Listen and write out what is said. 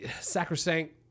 sacrosanct